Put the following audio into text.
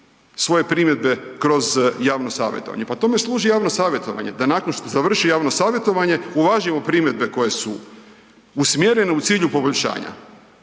svoje primjedbe kroz javno savjetovanje. Pa tome služi javno savjetovanje, da nakon što završi javno savjetovanje uvažimo primjedbe koje su usmjerene u cilju poboljšanja.